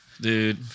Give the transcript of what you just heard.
dude